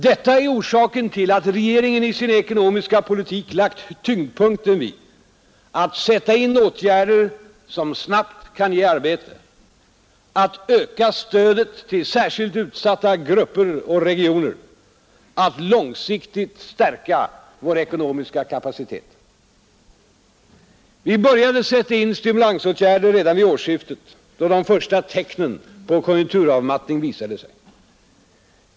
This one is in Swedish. Detta är orsaken till att regeringen i sin ekonomiska politik lagt tyngdpunkten vid att sätta in åtgärder som snabbt kan ge arbete, att öka stödet till särskilt utsatta grupper och regioner, att långsiktigt stärka vår ekonomiska kapacitet. Vi började sätta in stimulansåtgärder redan vid årsskiftet då de första tecknen på konjunkturavmattning visade sig.